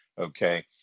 okay